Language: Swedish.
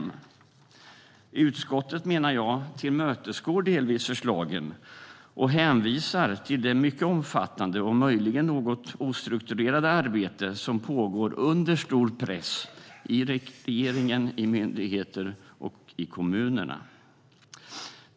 Jag menar att utskottet delvis tillmötesgår förslagen och hänvisar till det mycket omfattande och möjligen något ostrukturerade arbete som pågår under stor press i regeringen, myndigheterna och kommunerna.